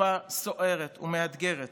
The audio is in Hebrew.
בתקופה סוערת ומאתגרת